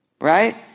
Right